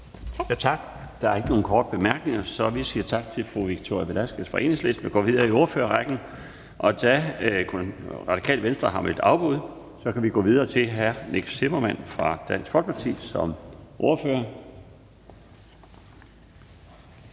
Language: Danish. Tak. Der er ikke nogen korte bemærkninger, så vi siger tak til fru Victoria Velasquez fra Enhedslisten og går videre i ordførerrækken. Da Radikale Venstre har meldt afbud, kan vi gå videre til hr. Nick Zimmermann som ordfører